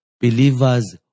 believers